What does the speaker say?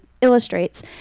illustrates